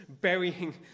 burying